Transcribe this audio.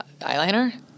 Eyeliner